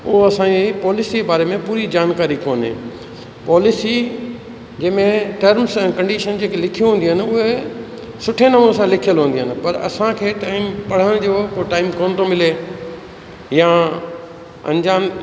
उहो असांजी पॉलिसीअ जे बारे में पूरी जानकारी कोन्हे पॉलिसी जें में टर्म्स एंड कंडीशन जेकी लिखियूं हूंदियूं आहिनि उहे सुठे नमूने सां लिखियलु हूंदियूं आहिनि पर असांखे टाइम पढ़ण जो को टाइम कोन थो मिले या अंजान